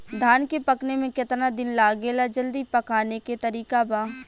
धान के पकने में केतना दिन लागेला जल्दी पकाने के तरीका बा?